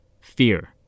Fear